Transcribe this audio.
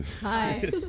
Hi